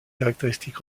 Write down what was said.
caractéristiques